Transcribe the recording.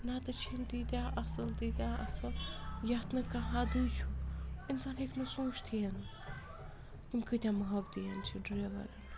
نہ تہٕ چھِ یِم تیٖتیٛاہ اَصٕل تیٖتیٛاہ اَصٕل یَتھ نہٕ کانٛہہ حَدٕے چھُ اِنسان ہیٚکہِ نہٕ سوٗنٛچتھٕے یِم کۭتیٛاہ محبتی چھِ ڈرٛیوَر